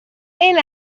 عین